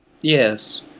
Yes